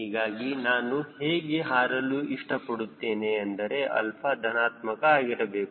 ಹೀಗಾಗಿ ನಾನು ಹೇಗೆ ಹಾರಲು ಇಷ್ಟಪಡುತ್ತೇನೆ ಎಂದರೆ 𝛼 ಧನಾತ್ಮಕ ಆಗಿರಬೇಕು